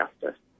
justice